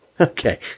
Okay